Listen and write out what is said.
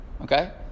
okay